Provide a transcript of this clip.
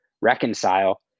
reconcile